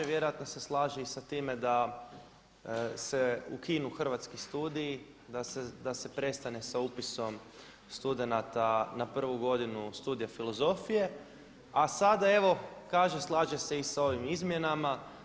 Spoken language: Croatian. Vjerojatno se slaže i sa time da se ukinu Hrvatski studiji, da se prestane sa upisom studenata na prvu godinu Studija filozofije, a sada evo kaže slaže se i sa ovim izmjenama.